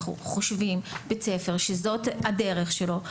אנחנו חושבים שבית ספר שזו הדרך שלו.